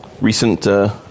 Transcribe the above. Recent